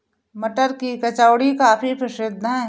मटर की कचौड़ी काफी प्रसिद्ध है